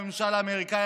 לממשל האמריקאי,